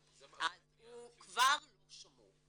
אז הוא כבר לא שמור.